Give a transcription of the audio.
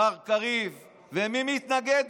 מר קריב, ומי מתנגד?